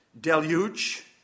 deluge